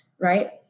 right